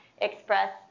express